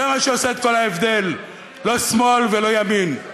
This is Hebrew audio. זה מה שעושה את כל ההבדל, לא שמאל ולא ימין.